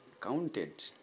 counted